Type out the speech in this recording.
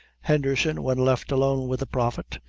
henderson, when left alone with the prophet,